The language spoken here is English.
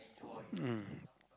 mm